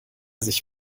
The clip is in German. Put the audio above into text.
sich